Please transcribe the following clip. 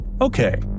Okay